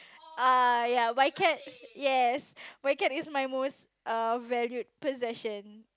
ah yeah my cat yes my cat is my most err valued possession